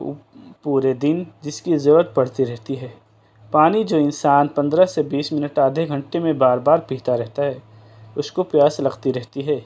پورے دن جس کی ضرورت پڑتی رہتی ہے پانی جو انسان پندرہ سے بیس منٹ آدھے گھنٹے میں بار بار پیتا رہتا ہے اس کو پیاس لگتی رہتی ہے